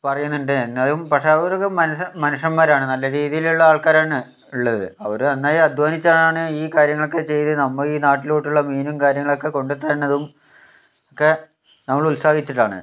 പറയുന്നുണ്ട് എന്നാലും പക്ഷേ അവരൊക്കെ മനുഷ്യ മനുഷ്യന്മാരാണ് നല്ല രീതിയിലുള്ള ആൾക്കാരാണ് ഉള്ളത് അവര് നന്നായി അദ്ധ്വാനിച്ചാണ് ഈ കാര്യങ്ങളൊക്കെ ചെയ്ത് നമ്മൾ ഈ നാട്ടിലോട്ടുള്ള മീനും കാര്യങ്ങളൊക്കെ കൊണ്ടുതരണതും ഒക്കെ നമ്മൾ ഉത്സാഹിച്ചിട്ടാണ്